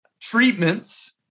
treatments